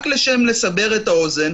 רק לסבר את האוזן,